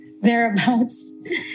Thereabouts